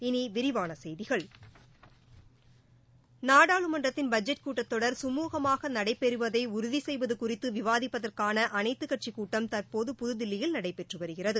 இனி விரிவான செய்திகள் நாடாளுமன்றத்தின் பட்ஜெட் கூட்டத் தொடர் கமூகமாக நடைபெறுவதை உறுதி செய்வது குறித்து விவாதிப்பதற்கான அனைத்து கட்சிக் கூட்டம் தற்போது புதுதில்லியில் நடைபெற்று வருகிறது